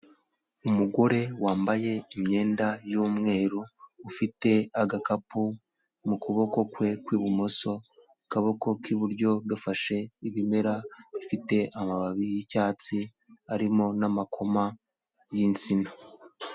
Umugore wambaye imyenda y'umweru, ufite agakapu mu kuboko kwe kw'ibumoso, akaboko k'iburyo gafashe ibimera bifite amababi y'icyatsi arimo n'amakoma y'insina.